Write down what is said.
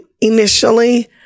initially